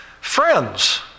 friends